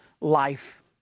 life